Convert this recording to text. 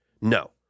No